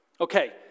Okay